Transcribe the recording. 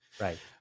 right